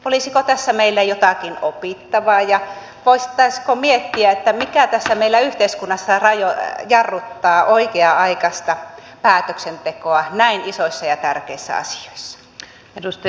olisiko tässä meillä jotakin opittavaa ja voisimmeko miettiä mikä tässä meillä yhteiskunnassa jarruttaa oikea aikaista päätöksentekoa näin isoissa ja tärkeissä asioissa